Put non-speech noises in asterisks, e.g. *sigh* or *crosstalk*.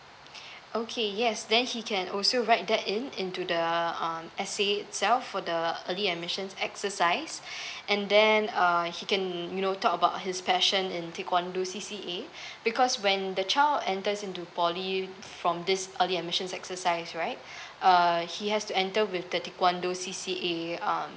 okay yes then he can also write that in into the um essay itself for the early admissions exercise *breath* and then uh he can you know talk about his passion in taekwondo C_C_A because when the child enters into poly from this early admissions exercise right uh he has to enter with the taekwondo C_C_A um